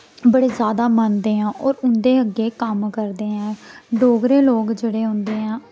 बड़े जादा मनदे आं होर उं'दे अग्गें कम्म करदे ऐं डोगरे लोग जेह्ड़े होंदे ऐं